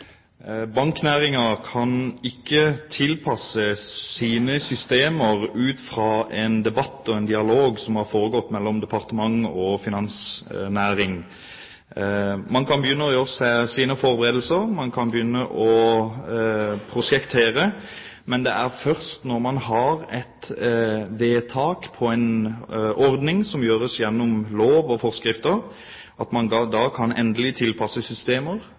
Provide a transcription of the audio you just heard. kan ikke tilpasse sine systemer ut fra en debatt og en dialog som har foregått mellom departementet og finansnæringen. Man kan begynne å gjøre seg sine forberedelser, man kan begynne å prosjektere, men det er først når man har et vedtak på en ordning, som gjøres gjennom lov og forskrifter, at man endelig kan tilpasse systemer,